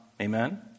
Amen